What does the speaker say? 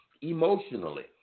emotionally